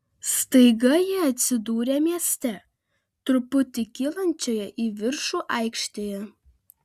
staiga jie atsidūrė mieste truputį kylančioje į viršų aikštėje